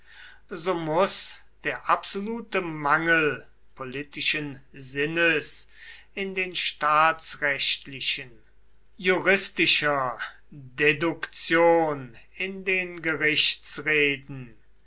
so muß der absolute mangel politischen sinnes in den staatsrechtlichen juristischer deduktion in den